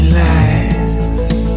lies